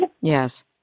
Yes